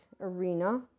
arena